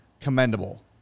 commendable